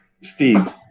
Steve